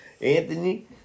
Anthony